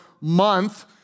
month